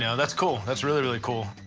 yeah that's cool. that's really, really cool.